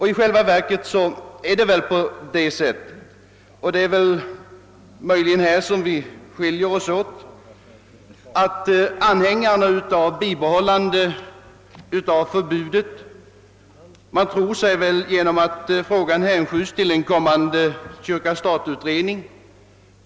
I själva verket är det väl så — och det är möjligen där vi skiljer oss åt — att de som vill bibehålla ett förbud tror sig kunna förhala förbudets slopande genom att hänskjuta frågan till en kommande kyrka—stat-utredning.